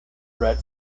red